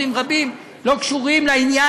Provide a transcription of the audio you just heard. לא שזה חשוב כל כך